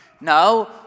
No